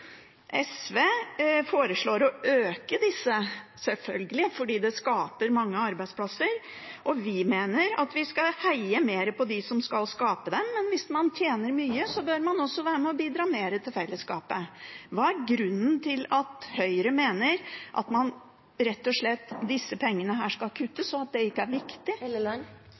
SV foreslår å øke disse, selvfølgelig fordi det skaper mange arbeidsplasser. Vi mener at vi skal heie mer på dem som skal skape disse arbeidsplassene, men hvis man tjener mye, bør man også være med og bidra mer til fellesskapet. Hva er grunnen til at Høyre mener at disse pengene rett og slett skal kuttes, og at det ikke er viktig?